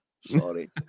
sorry